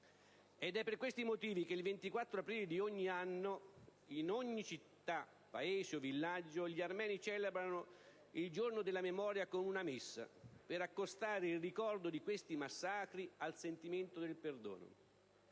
Ed è per questi motivi che il 24 aprile di ogni anno, in ogni città, paese o villaggio, gli armeni celebrano il Giorno della memoria con una messa, per accostare il ricordo di questi massacri al sentimento del perdono.